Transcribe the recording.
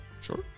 Sure